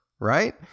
right